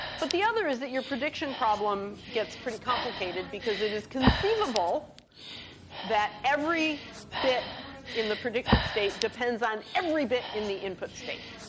but the other is that your prediction problem gets pretty complicated because it is conceivable that every bit in the predicted state depends on every bit in the input state.